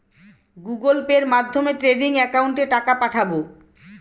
Google পের মাধ্যমে trading একাউন্টে টাকা পাঠাবো?